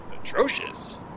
Atrocious